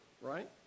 right